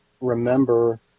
remember